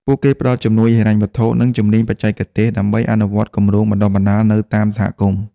ពួកគេផ្តល់ជំនួយហិរញ្ញវត្ថុនិងជំនាញបច្ចេកទេសដើម្បីអនុវត្តគម្រោងបណ្តុះបណ្តាលនៅតាមសហគមន៍។